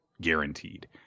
guaranteed